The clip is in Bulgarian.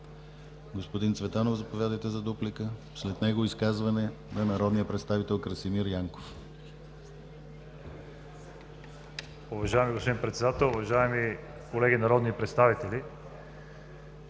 Господин Цветанов, заповядайте за дуплика. След него, изказване на народния представител Красимир Янков.